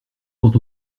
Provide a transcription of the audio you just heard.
quand